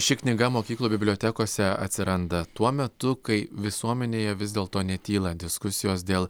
ši knyga mokyklų bibliotekose atsiranda tuo metu kai visuomenėje vis dėlto netyla diskusijos dėl